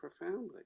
profoundly